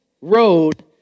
road